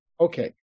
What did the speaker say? Okay